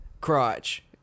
crotch